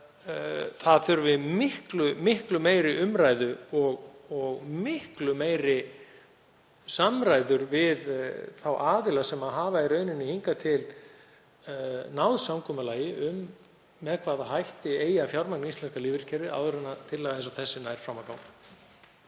það þurfi miklu meiri umræðu og miklu meiri samræður við þá aðila sem hafa hingað til náð samkomulagi um með hvaða hætti eigi að fjármagna íslenska lífeyriskerfið áður en tillaga eins og þessi nær fram að ganga.